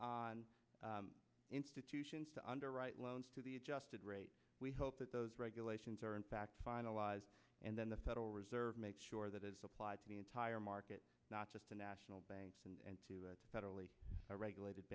on institutions to underwrite loans to the adjusted rate we hope that those regulations are in fact finalized and then the federal reserve make sure that it's applied to the entire market not just the national banks and to federally regulated